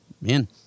Man